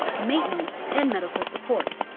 maintenance, and medical support.